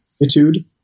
attitude